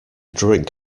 drink